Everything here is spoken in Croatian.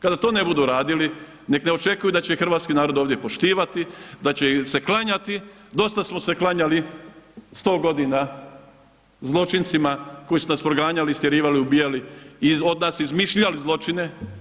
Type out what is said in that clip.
Kada to ne budu radili, nek ne očekuju da će ih hrvatski narod ovdje poštivati, da će im se klanjati, dosta smo se klanjali 100 godina zločincima koji su nas proganjali, istjerivali i ubijali i od nas izmišljali zločine.